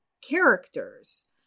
characters